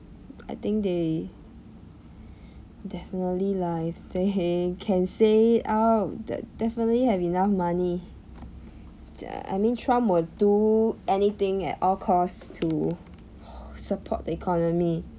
but I think they definitely lah if they can say it out de~ definitely have enough money I mean trump will do anything at all cost to support the economy